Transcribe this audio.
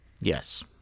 Yes